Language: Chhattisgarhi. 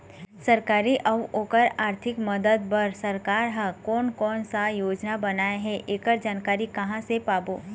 सरकारी अउ ओकर आरथिक मदद बार सरकार हा कोन कौन सा योजना बनाए हे ऐकर जानकारी कहां से पाबो?